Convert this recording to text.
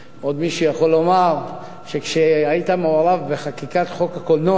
עוד מישהו יכול לומר שכשהיית מעורב בחקיקת חוק הקולנוע,